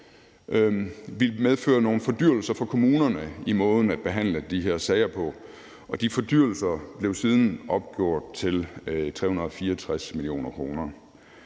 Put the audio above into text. ville medføre nogle fordyrelser for kommunerne i måden at behandle de her sager på, og de fordyrelser blev siden opgjort til 364 mio. kr.